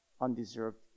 undeserved